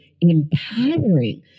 empowering